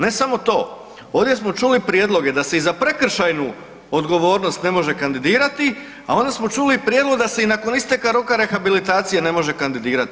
Ne samo to, ovdje smo čuli prijedloge da se i za prekršajnu odgovornost ne može kandidirati, a onda smo čuli prijedlog da se i nakon isteka roka rehabilitacije ne može kandidirati.